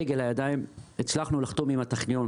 ההגה לידיים, הצלחנו לחתום עם הטכניון